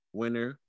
winner